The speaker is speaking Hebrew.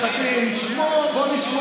צביקה, למה אתה לא?